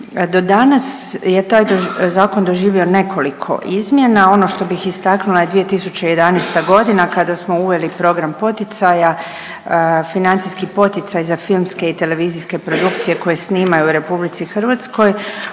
Do danas je taj zakon doživio nekoliko izmjena, ono što bih istaknula je 2011.g. kada smo uveli program poticaja, financijski poticaj za filmske i televizijske produkcije koje snimaju u RH. Od pokretanja